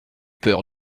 peur